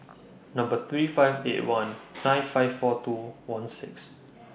Number three five eight one nine five four two one six